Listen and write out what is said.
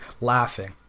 laughing